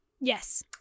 Yes